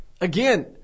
Again